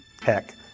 Heck